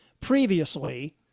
previously